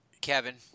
Kevin